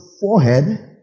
forehead